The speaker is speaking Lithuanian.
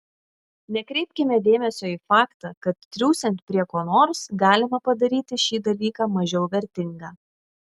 nekreipkime dėmesio į faktą kad triūsiant prie ko nors galima padaryti šį dalyką mažiau vertingą